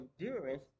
endurance